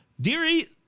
Deary